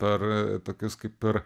per tokius kaip ir